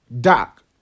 Doc